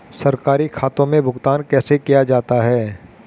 सरकारी खातों में भुगतान कैसे किया जाता है?